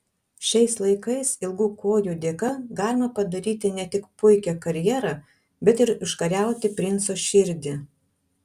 šiais laikais ilgų kojų dėka galima padaryti ne tik puikią karjerą bet ir užkariauti princo širdį